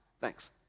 Thanks